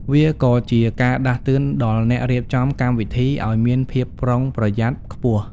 វាក៏ជាការដាស់តឿនដល់អ្នករៀបចំកម្មវិធីឲ្យមានភាពប្រុងប្រយ័ត្នខ្ពស់។